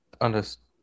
understand